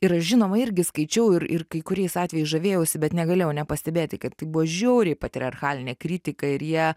ir aš žinoma irgi skaičiau ir ir kai kuriais atvejais žavėjausi bet negalėjau nepastebėti kad tai buvo žiauriai patriarchalinė kritika ir jie